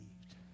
believed